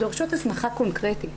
דורשות הסמכה קונקרטית.